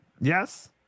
Yes